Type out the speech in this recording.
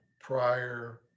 prior